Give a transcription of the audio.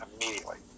immediately